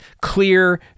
clear